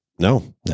No